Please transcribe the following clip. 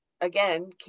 again